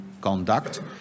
conduct